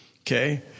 Okay